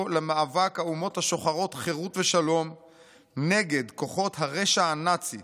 למאבק האומות השוחרות חירות ושלום נגד כוחות הרשע הנאצי,